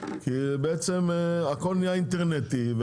כי בעצם הכול נהיה אינטרנטי,